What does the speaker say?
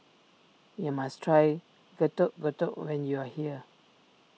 you must try Getuk Getuk when you are here